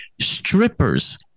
strippers